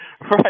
Right